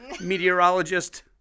meteorologist